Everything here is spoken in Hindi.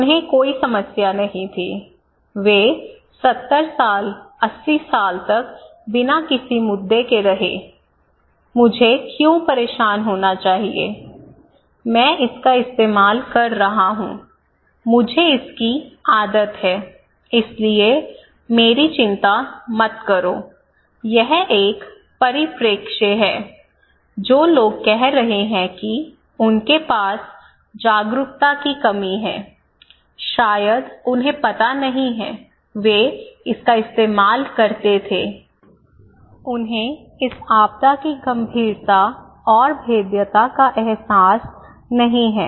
उन्हें कोई समस्या नहीं थी वे 70 साल 80 साल तक बिना किसी मुद्दे के रहे मुझे क्यों परेशान होना चाहिए मैं इसका इस्तेमाल कर रहा हूं मुझे इसकी आदत है इसलिए मेरी चिंता मत करो यह एक परिप्रेक्ष्य है जो लोग कह रहे हैं कि उनके पास जागरूकता की कमी है शायद उन्हें पता नहीं है वे इसका इस्तेमाल करते थे उन्हें इस आपदा की गंभीरता और भेद्यता का एहसास नहीं है